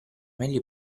meglio